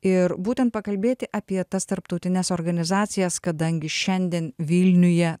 ir būtent pakalbėti apie tas tarptautines organizacijas kadangi šiandien vilniuje